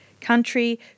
Country